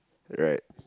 right